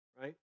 right